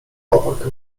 opak